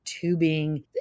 Tubing